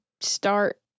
start